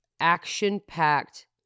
action-packed